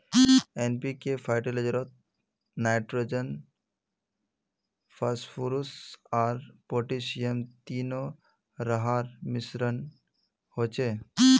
NPK फ़र्टिलाइज़रोत nitrogen, phosphorus आर potassium तीनो रहार मिश्रण होचे